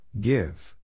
give